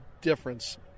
difference